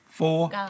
Four